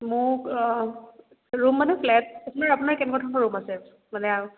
মোক ৰুম মানে ফ্লেট আপোনাৰ আপোনাৰ কেনেকুৱা ধৰণৰ ৰুম আছে মানে আৰু